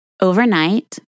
Overnight